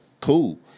cool